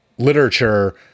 Literature